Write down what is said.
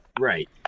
Right